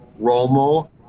Romo